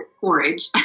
porridge